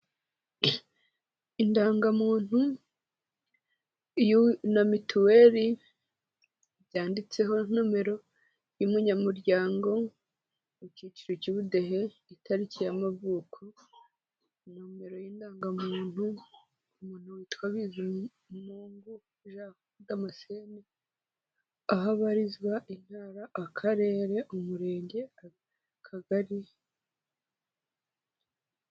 Indangamuntu na mituweli byanditseho nimero y'umunyamuryango, icyiciro cy'ubudehe, itariki y'amavuko, nimero y'indangamuntu, umuntu witwa Bizimungu Jean damascene, aho abarizwa Intara, Akarere, Umurenge, Akagari.